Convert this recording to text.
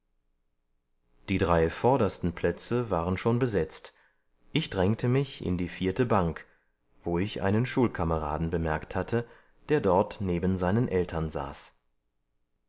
die drei vordersten plätze waren schon besetzt ich drängte mich in die vierte bank wo ich einen schulkameraden bemerkt hatte der dort neben seinen eltern saß